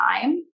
time